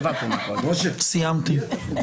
סיימתי.